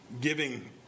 giving